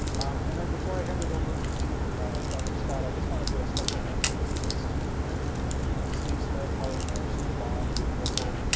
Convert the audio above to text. and then before i hand it over to dr. scott, i just want to do a special thank you to this team here steve smith, holly moore, steve baum, luke ryssel,